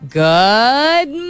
good